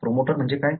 promoter म्हणजे काय